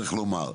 צריך לומר,